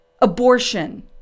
Abortion